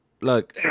Look